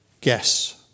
Guess